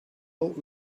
old